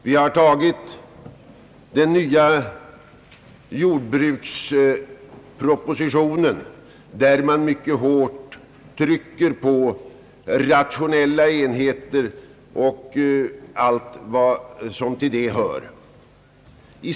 Vi har antagit den nya jordbrukspropositionen, där man mycket hårt betonar vikten av rationella enheter och allt vad därtill hör.